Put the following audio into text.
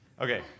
Okay